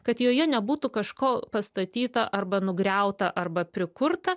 kad joje nebūtų kažko pastatyta arba nugriauta arba prikurta